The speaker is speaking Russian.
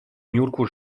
нюрку